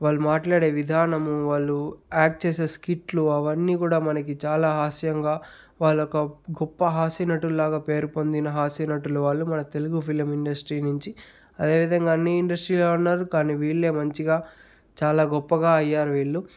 వాళ్ళు మాట్లాడే విధానము వాళ్ళు యాక్ట్ చేసే స్కిట్లు అవన్నీ కూడా మనకి చాలా హాస్యంగా వాళ్ళు ఒక గొప్ప హాస్యనటులలాగా పేరు పొందిన హాస్య నటులు వాళ్ళు మన తెలుగు ఫిలిం ఇండస్ట్రీ నుంచి అదే విధంగా అన్ని ఇండస్ట్రీలో ఉన్నారు కాని వీళ్ళే మంచిగా చాలా గొప్పగా అయ్యారు వీళ్ళు